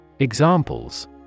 Examples